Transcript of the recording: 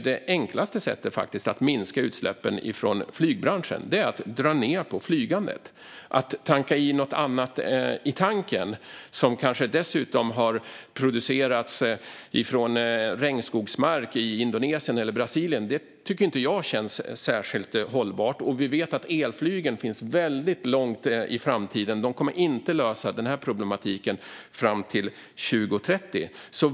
Det enklaste sättet att minska utsläppen från flygbranschen är ju att dra ned på flygandet. Att tanka i något annat i tanken, något som kanske dessutom har producerats på regnskogsmark i Indonesien eller Brasilien, tycker jag inte känns särskilt hållbart. Vi vet att elflygen kan komma först väldigt långt fram i tiden. De kommer inte att lösa den här problematiken fram till 2030.